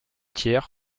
tir